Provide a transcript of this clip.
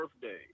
birthday